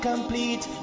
Complete